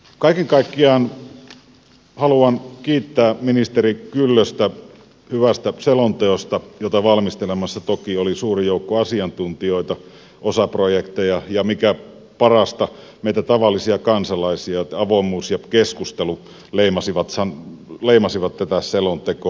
kaiken kaikkiaan haluan kiittää ministeri kyllöstä hyvästä selonteosta jota valmistelemassa toki oli suuri joukko asiantuntijoita osaprojekteja ja mikä parasta meitä tavallisia kansalaisia niin että avoimuus ja keskustelu leimasivat tätä selontekoa